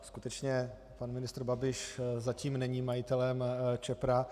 Skutečně pan ministr Babiš zatím není majitelem Čepra.